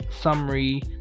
summary